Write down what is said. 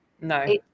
no